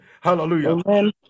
hallelujah